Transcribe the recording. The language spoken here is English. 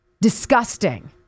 Disgusting